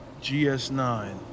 GS9